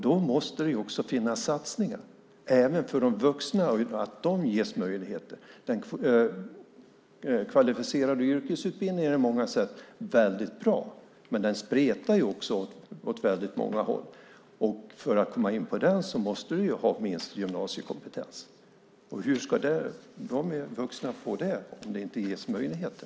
Då måste det också göras satsningar även för de vuxna så att de ges möjligheter. Den kvalificerade yrkesutbildningen är på många sätt väldigt bra, men den spretar också åt väldigt många håll. För att komma in på den måste man ha minst gymnasiekompetens. Hur ska de vuxna som inte har det få det om de inte ges möjligheter?